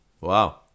Wow